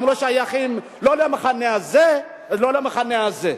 הם לא שייכים לא למחנה הזה ולא למחנה הזה.